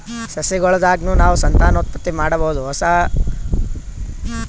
ಸಸಿಗೊಳ್ ದಾಗ್ನು ನಾವ್ ಸಂತಾನೋತ್ಪತ್ತಿ ಮಾಡಬಹುದ್ ಒಂದ್ ಹೊಸ ಥರದ್ ಸಸಿ ಕಂಡಹಿಡದು ಬೆಳ್ಸಬಹುದ್